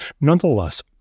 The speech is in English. Nonetheless